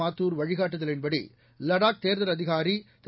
மாத்துர் வழிகாட்டுதலின்படி லடாக் தேர்தல் அதிகாரி திரு